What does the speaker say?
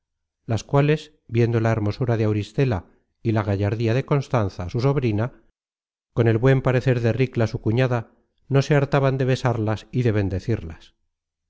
las cuales viendo la hermosura de auristela y la gallardía de constanza su sobrina con el buen parecer de ricla su cuñada no se hartaban de besarlas y de bendecirlas